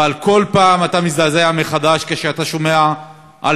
אבל כל פעם אתה מזדעזע מחדש כשאתה שומע על